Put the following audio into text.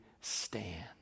stand